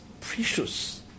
precious